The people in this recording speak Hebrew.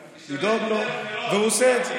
לדאוג לו, והוא עושה את זה,